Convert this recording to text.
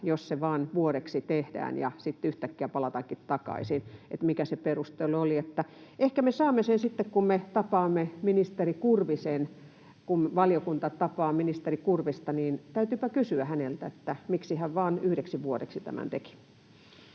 jos se vaan vuodeksi tehdään ja sitten yhtäkkiä palataankin takaisin — että mikä se perustelu oli? Ehkä me saamme sen sitten, kun me tapaamme ministeri Kurvisen. Kun valiokunta tapaa ministeri Kurvista, niin täytyypä kysyä häneltä, että miksi hän vain yhdeksi vuodeksi tämän teki.